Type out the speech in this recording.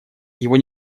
его